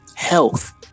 Health